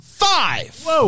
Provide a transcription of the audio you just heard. Five